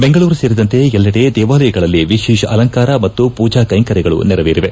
ಬೆಂಗಳೂರು ಸೇರಿದಂತೆ ಎಲ್ಲೆಡೆ ದೇವಾಲಯಗಳಲ್ಲಿ ವಿಶೇಷ ಅಲಂಕಾರ ಮತ್ತು ಪೂಜಾ ಕೈಂಕರ್ಯಗಳು ನೆರವೇರಿವೆ